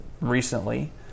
recently